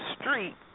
street